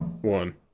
One